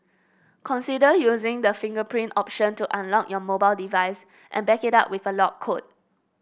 consider using the fingerprint option to unlock your mobile device and back it up with a lock code